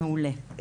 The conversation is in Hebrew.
מעולה.